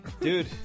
Dude